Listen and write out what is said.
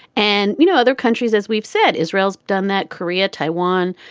and, you know, other countries, as we've said, israel's done that. korea, taiwan.